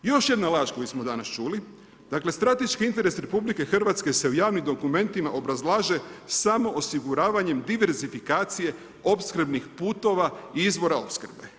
Još jedna laž koju smo danas čuli, dakle strateški interes RH se u javnim dokumentima obrazlaže samo osiguravanje diversifikacije opskrbnih putova i izvora opskrbe.